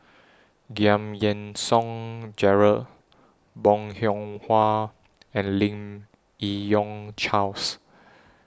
Giam Yean Song Gerald Bong Hiong Hwa and Lim Yi Yong Charles